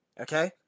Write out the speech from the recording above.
Okay